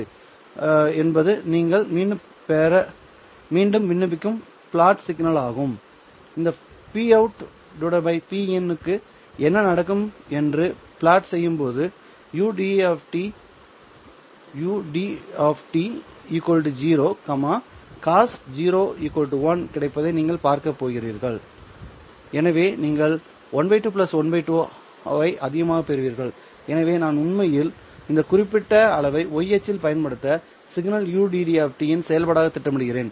ud என்பது நீங்கள் மீண்டும் விண்ணப்பிக்கும் பிளாட் சிக்னல் ஆகும் இந்த Pout Pin க்கு என்ன நடக்கும் என்று பிளாட் செய்யும் போது ud 0 cos 1 கிடைப்பதை நீங்கள் பார்க்கப் போகிறீர்கள் எனவே நீங்கள் ½ ½ ஐ அதிகமாக பெறுவீர்கள் எனவே நான் உண்மையில் இந்த குறிப்பிட்ட அளவை y அச்சில் பயன்படுத்தப்பட்ட சிக்னல் ud இன் செயல்பாடாக திட்டமிடுகிறேன்